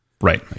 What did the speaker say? Right